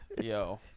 Yo